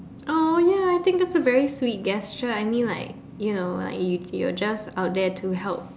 AWW ya I think that's a very sweet gesture I mean like you know like you're just out there to help